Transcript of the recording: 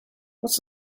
what